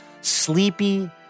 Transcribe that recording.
sleepy